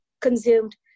consumed